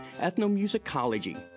Ethnomusicology